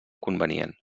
convenient